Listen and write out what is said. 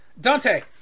Dante